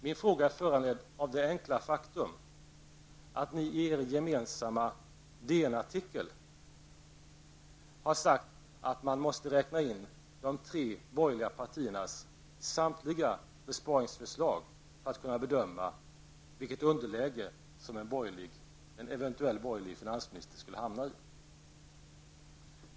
Min fråga är föranledd av det enkla faktum att ni i er gemensamma DN-artikel har sagt att man måste räkna in de tre borgerliga partiernas samtliga besparingsförslag för att kunna bedöma i vilket underläge en eventuell borgerlig finansminister skulle hamna.